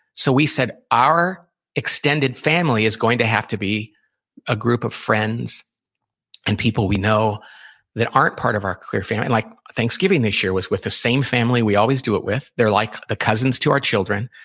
so we said, our extended family is going to have to be a group of friends and people we know that aren't part of our family. like thanksgiving this year was with the same family we always do it with. they're like the cousins to our children.